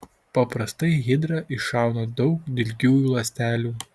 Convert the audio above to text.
paprastai hidra iššauna daug dilgiųjų ląstelių